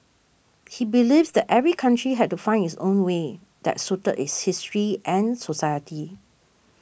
he believed that every country had to find its own way that suited its history and society